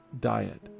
diet